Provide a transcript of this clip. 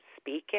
speaking